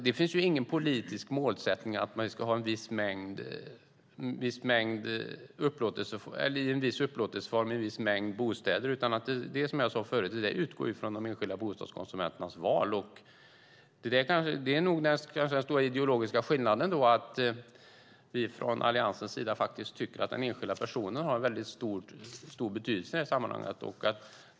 Det finns ingen politisk målsättning att ha en viss upplåtelseform i en viss mängd bostäder, utan vi får utgå från de enskilda bostadskonsumenternas val. Den stora ideologiska skillnaden är väl att vi i Alliansen tycker att den enskilda personen har stor betydelse i det här sammanhanget.